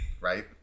Right